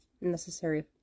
necessary